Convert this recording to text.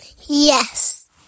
Yes